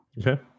Okay